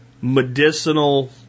medicinal